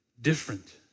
different